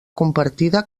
compartida